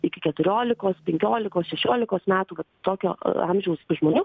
iki keturiolikos penkiolikos šešiolikos metų tokio amžiaus žmonių